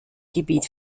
gebiet